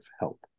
help